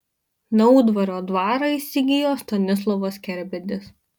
naudvario dvarą įsigijo stanislovas kerbedis